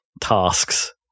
tasks